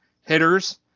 hitters